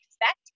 expect